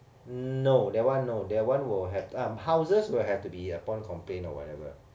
no that one no that one will have um houses will have to be upon complain or whatever